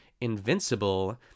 invincible